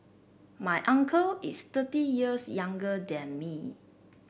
my uncle is thirty years younger than me